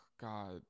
god